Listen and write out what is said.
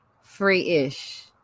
free-ish